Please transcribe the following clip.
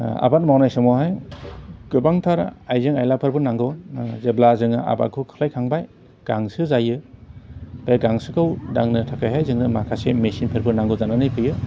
आबाद मावनाय समावहाय गोबांथार आयजें आयलाफोरबो नांगौ जेब्ला जोङो आबादखौ खोख्लैखांबाय गांसो जायो बे गांसोखौ दांनो थाखायहाय जोंनो माखासे मेशिनफोरबो नांगौ जानानै फैयो